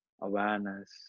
awareness